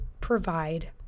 provide